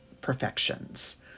perfections